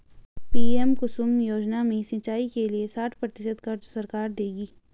PM Kusum योजना में सिंचाई के लिए साठ प्रतिशत क़र्ज़ सरकार देगी